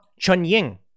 Chunying